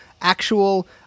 actual